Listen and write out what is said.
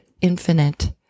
infinite